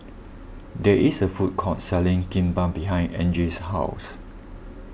there is a food court selling Kimbap behind Angie's house